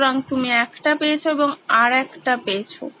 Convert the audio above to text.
সুতরাং তুমি একটা পেয়েছো এবং আবার একটা পেয়েছো